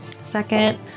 Second